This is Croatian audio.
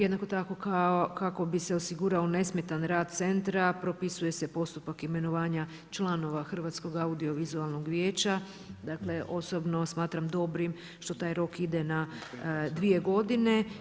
Jednako tako kako bi se osigurao nesmetan rad centra propisuje se postupak imenovanja članova Hrvatskog audiovizualnog vijeća, dakle osobno smatram dobrim što taj rok ide na dvije godine.